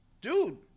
Dude